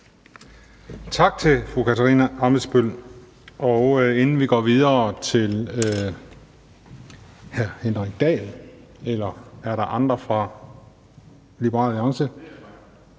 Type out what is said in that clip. Tak til fru Katarina Ammitzbøll. Inden vi går videre til hr. Henrik Dahl fra Liberal Alliance,